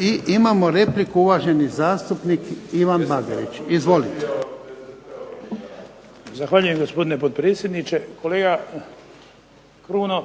I imamo repliku, uvaženi zastupnik Ivan Bagarić. Izvolite. **Bagarić, Ivan (HDZ)** Zahvaljujem gospodine potpredsjedniče. Kolega Kruno